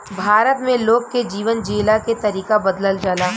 भारत में लोग के जीवन जियला के तरीका बदलल जाला